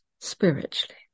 spiritually